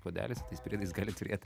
puodelis su tais pinigais gali turėt